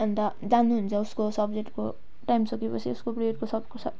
अन्त जानु हुन्छ उसको सब्जेक्टको टाइम सके पछि उसको पिरियडको सक सक